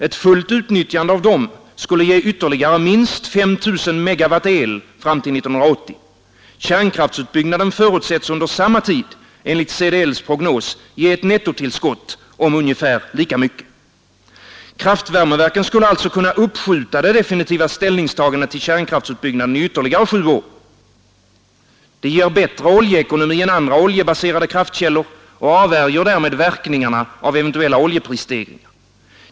Ett fullt utnyttjande av dem skulle ge ytterligare minst 5000 megawatt el fram till 1980. Kärnkraftsutbyggnaden förutsätts under samma tid enligt CDL:s prognos ge ett nettotillskott om ungefär lika mycket. Kraftvärmeverken skulle alltså kunna uppskjuta det definitiva ställningstagandet till kärnkraftsutbyggnaden i ytterligare sju år. De ger bättre oljeekonomi än andra oljebaserade kraftkällor och avvärjer därmed verkningarna av eventuella oljeprisstegringar.